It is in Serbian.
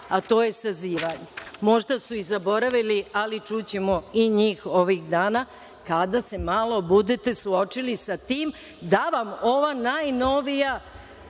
a to je sazivanje. Možda su i zaboravili, ali čućemo i njih ovih dana kada se malo budete suočili sa tim da vam ova najnovija